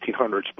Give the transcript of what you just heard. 1800s